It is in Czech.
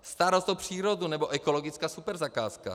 Starost o přírodu nebo ekologická superzakázka.